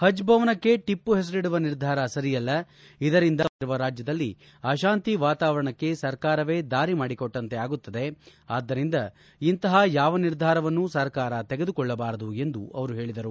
ಪಜ್ಭವನಕ್ಕೆ ಟಪ್ಪು ಹೆಸರಿಡುವ ನಿರ್ಧಾರ ಸರಿಯಲ್ಲ ಇದರಿಂದ ಶಾಂತವಾಗಿರುವ ರಾಜ್ಯದಲ್ಲಿ ಅಶಾಂತಿ ವಾತಾವರಣಕ್ಕೆ ಸರ್ಕಾರವೇ ದಾರಿ ಮಾಡಿಕೊಟ್ಟಂತೆ ಆಗುತ್ತದೆ ಅದ್ದರಿಂದ ಇಂತಹ ಯಾವ ನಿರ್ಧಾರವನ್ನು ಸರ್ಕಾರ ತೆಗೆದುಕೊಳ್ಳಬಾರದು ಎಂದು ಅವರು ಹೇಳಿದರು